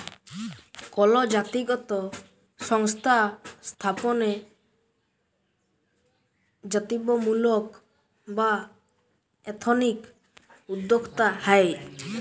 call জাতিগত সংস্থা স্থাপনে জাতিত্বমূলক বা এথনিক উদ্যক্তা হ্যয়